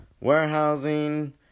warehousing